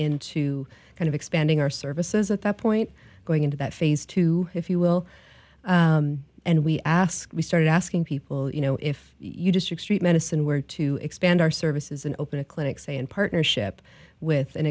into kind of expanding our services at that point going into that phase two if you will and we ask we started asking people you know if you just your street medicine were to expand our services and open a clinic say in partnership with an